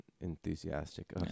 enthusiastic